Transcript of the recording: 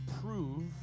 prove